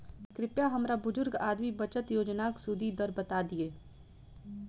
कृपया हमरा बुजुर्ग आदमी बचत योजनाक सुदि दर बता दियऽ